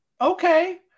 Okay